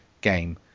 game